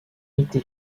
été